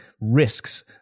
risks